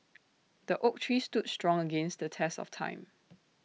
the oak tree stood strong against the test of time